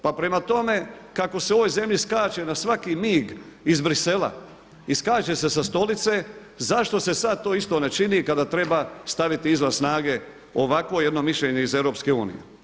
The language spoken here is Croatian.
Pa prema tome kako se u ovoj zemlji skače na svaki mig iz Brisela i skače se sa stolice, zašto se sada to isto ne čini kada treba staviti izvan snage ovakvo jedno mišljenje iz EU.